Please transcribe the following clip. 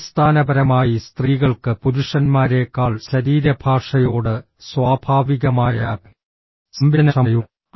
അടിസ്ഥാനപരമായി സ്ത്രീകൾക്ക് പുരുഷന്മാരേക്കാൾ ശരീരഭാഷയോട് സ്വാഭാവികമായ സംവേദനക്ഷമതയുണ്ട്